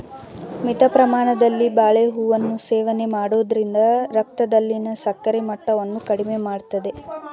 ಮಿತ ಪ್ರಮಾಣದಲ್ಲಿ ಬಾಳೆಹೂವನ್ನು ಸೇವನೆ ಮಾಡೋದ್ರಿಂದ ರಕ್ತದಲ್ಲಿನ ಸಕ್ಕರೆ ಮಟ್ಟವನ್ನ ಕಡಿಮೆ ಮಾಡ್ತದೆ